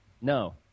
No